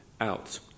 out